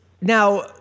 Now